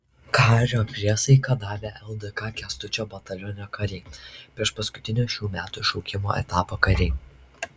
kario priesaiką davę ldk kęstučio bataliono kariai priešpaskutinio šių metų šaukimo etapo kariai